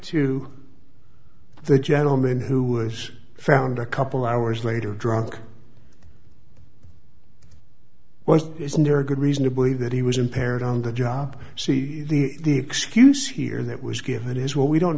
to the gentleman who was found a couple hours later drunk was isn't there a good reason to believe that he was impaired on the job see the excuse here that was given is what we don't